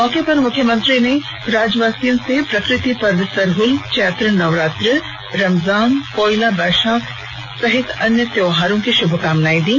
मौके पर मुख्यमंत्री ने राज्यवासियों को प्रकृति पर्व सरहल चैत्र नवरात्र रमजान पोइला बैशाख सहित अन्य त्यौहारों की श्रभकामनाए दी